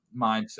mindset